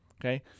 Okay